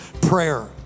prayer